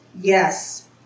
Yes